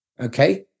Okay